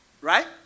Right